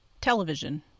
Television